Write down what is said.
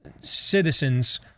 citizens